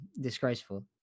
Disgraceful